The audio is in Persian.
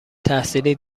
تحصیلی